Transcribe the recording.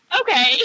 okay